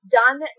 done